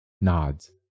Nods